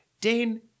Dane